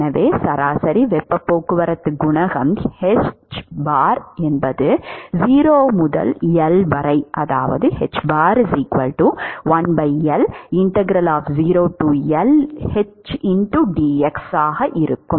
எனவே சராசரி வெப்பப் போக்குவரத்து குணகம் 0 முதல் L வரை இருக்கும்